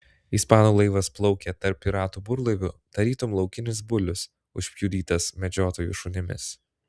ispanų laivas plaukė tarp piratų burlaivių tarytum laukinis bulius užpjudytas medžiotojų šunimis